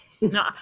No